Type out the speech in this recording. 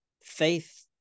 faith